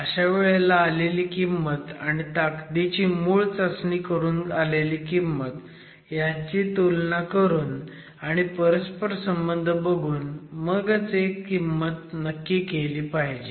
अशा वेळेला आलेली किंमत आणि ताकदीची मूळ चाचणी करून आलेली किंमत ह्यांचू तुलना करून आणि परस्पर संबंध बघून मगच एक किंमत नक्की केली पाहिजे